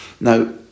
Now